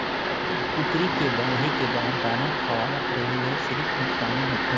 कुकरी के बाड़हे के बाद दाना खवावत रेहे ल सिरिफ नुकसानी होथे